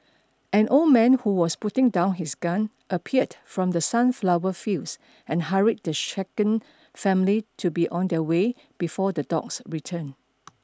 an old man who was putting down his gun appeared from the sunflower fields and hurried the shaken family to be on their way before the dogs return